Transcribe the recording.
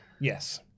Yes